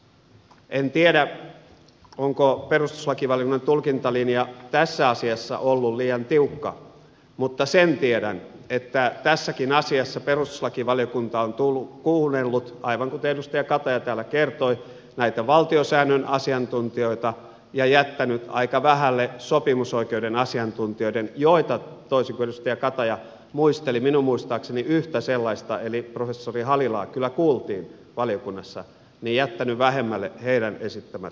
en tiedä onko perustuslakivaliokunnan tulkintalinja tässä asiassa ollut liian tiukka mutta sen tiedän että tässäkin asiassa perustuslakivaliokunta on kuunnellut aivan kuten edustaja kataja täällä kertoi näitä valtiosäännön asiantuntijoita ja jättänyt aika vähälle sopimusoikeuden asiantuntijoiden joita toisin kuin edustaja kataja muisteli minun muistaakseni yhtä sellaista eli professori halilaa kyllä kuultiin valiokunnassa esittämät näkökohdat